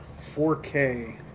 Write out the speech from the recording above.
4K